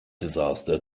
disaster